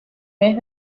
mes